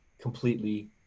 completely